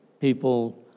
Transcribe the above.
people